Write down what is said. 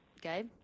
Gabe